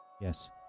Yes